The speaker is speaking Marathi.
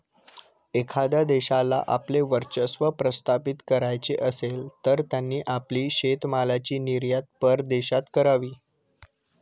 एखाद्या देशाला आपले वर्चस्व प्रस्थापित करायचे असेल, तर त्यांनी आपली शेतीमालाची निर्यात परदेशात करावी